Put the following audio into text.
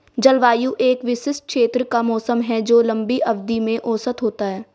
जलवायु एक विशिष्ट क्षेत्र का मौसम है जो लंबी अवधि में औसत होता है